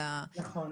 נכון.